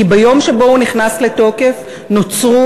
כי ביום שבו הוא נכנס לתוקף נוצרו,